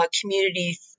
community